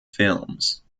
films